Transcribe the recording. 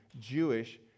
Jewish